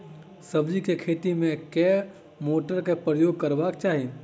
सब्जी केँ खेती मे केँ मोटर केँ प्रयोग करबाक चाहि?